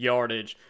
Yardage